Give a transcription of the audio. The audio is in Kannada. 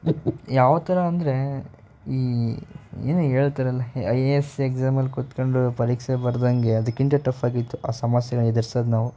ಯಾವ ಥರ ಅಂದರೆ ಈ ಏನೋ ಹೇಳ್ತಾರಲ್ಲ ಐ ಎ ಎಸ್ ಏಕ್ಸಾಮಲ್ಲಿ ಕೂತ್ಕೊಂಡು ಪರೀಕ್ಷೆ ಬರ್ದಂತೆ ಅದಕ್ಕಿಂತ ಟಫ್ಫಾಗಿತ್ತು ಆ ಸಮಸ್ಯೆನ ಎದುರ್ಸೋದು ನಾವು